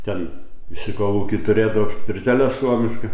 ten visi kolūkiai turėdo pirtelę suomišką